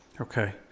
okay